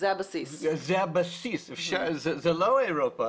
זאת לא אירופה.